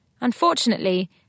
Unfortunately